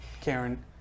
Karen